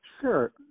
Sure